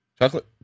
Chocolate